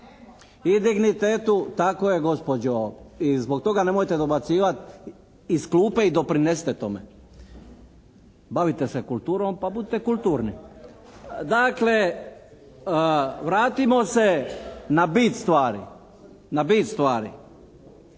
i dignitetu, tako je gospođo, i zbog toga nemojte dobacivati iz klupe i doprinesite tome, bavite se kulturom pa budite kulturni. Dakle vratimo se na bit stvari, na bit stvari.